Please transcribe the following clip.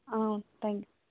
thank you